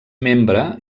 membre